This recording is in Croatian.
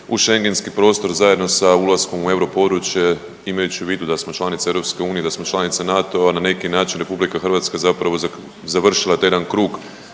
schengenski prostor zajedno sa ulaskom u europodručje imajući u vidu da smo članica EU i da smo članica NATO-a na neki način RH je zapravo završila taj jedan krug